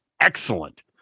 excellent